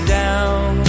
down